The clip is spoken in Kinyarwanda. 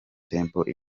temple